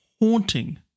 haunting